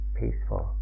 peaceful